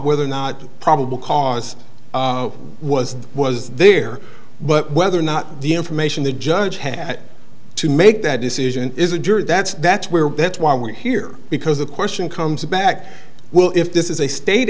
whether or not probable cause was was there but whether or not the information the judge had to make that decision is a juror that's that's where bits while we're here because the question comes back well if this is a state